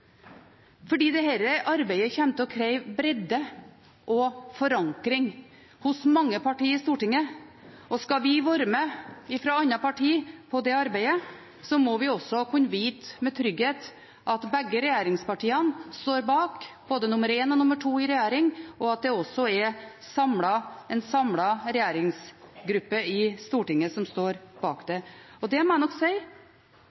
arbeidet kommer til å kreve bredde og forankring hos mange partier i Stortinget. Skal vi fra andre partier være med på det arbeidet, må vi kunne vite med trygghet at begge regjeringspartiene står bak både nr. 1 og nr. 2 i regjeringen, og at det også er en samlet regjeringsgruppe i Stortinget som står bak det. Det må jeg nok si